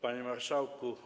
Panie Marszałku!